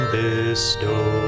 bestow